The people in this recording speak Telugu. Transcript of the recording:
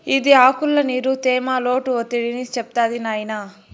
ఇది ఆకుల్ల నీరు, తేమ, లోటు ఒత్తిడిని చెప్తాది నాయినా